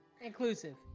Inclusive